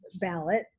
ballot